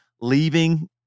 leaving